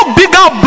bigger